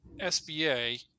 sba